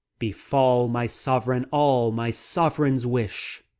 befall my sovereign all my sovereign's wish!